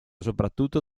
soprattutto